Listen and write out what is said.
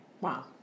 Wow